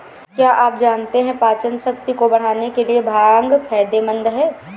क्या आप जानते है पाचनशक्ति को बढ़ाने के लिए भांग फायदेमंद है?